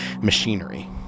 machinery